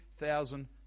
thousand